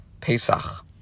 Pesach